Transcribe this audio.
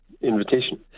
invitation